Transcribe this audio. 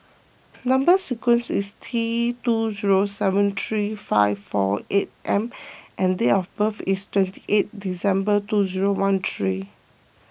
Number Sequence is T two zero seven three five four eight M and date of birth is twenty eighth December two zero one three